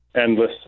endless